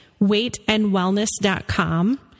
weightandwellness.com